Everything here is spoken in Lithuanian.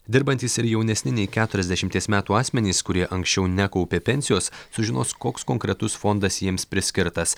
dirbantys ir jaunesni nei keturiasdešimties metų asmenys kurie anksčiau nekaupė pensijos sužinos koks konkretus fondas jiems priskirtas